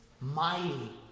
mighty